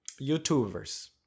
YouTubers